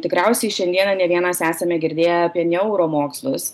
tikriausiai šiandieną ne vienas esame girdėję apie neuromokslus